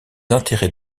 intérêts